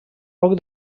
poc